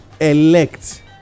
elect